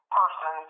person